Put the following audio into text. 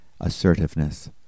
assertiveness